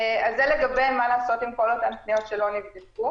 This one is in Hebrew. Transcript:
זה לגבי מה שניתן לעשות לגבי כל אותן פניות שלא נבדקו.